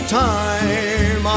time